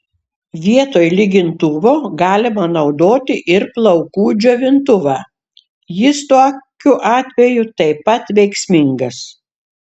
vietoj lygintuvo galima naudoti ir plaukų džiovintuvą jis tokiu atveju taip pat veiksmingas